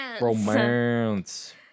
romance